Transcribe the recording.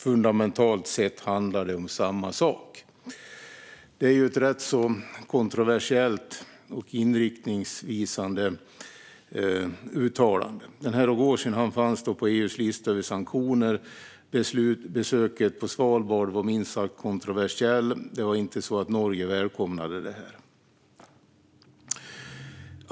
Fundamentalt sett handlar det om samma sak. Det är ett rätt kontroversiellt och inriktningsvisande uttalande. Denne Rogozin fanns på EU:s lista över sanktioner. Besöket på Svalbard var minst sagt kontroversiellt. Det var inte något som Norge välkomnade.